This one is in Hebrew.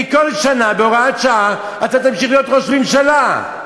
כי כל שנה בהוראת שעה אתה תמשיך להיות ראש ממשלה.